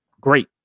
Great